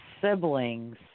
siblings